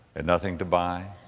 and nothing to buy.